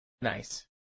Nice